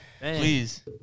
please